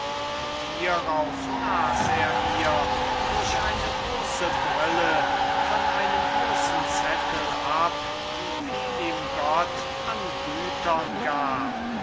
und hierauf las er ihr durch eine große brille von einem großen zettel ab wie viel ihm gott an gütern gab